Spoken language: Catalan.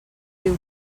diu